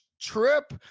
trip